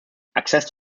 access